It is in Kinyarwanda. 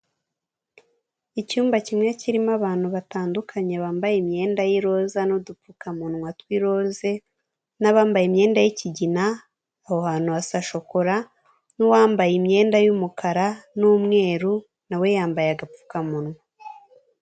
Icyumba kimwe kirimo abantu batandukanye bambaye imyenda y' iroza n'udupfukamunwa twi'iroze n'abambaye imyenda y'ikigina aho hantu hasa shokora n'uwambaye imyenda yumukara n'umweru nawe yambaye agapfukamunwa.